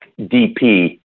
DP